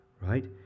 right